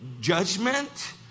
judgment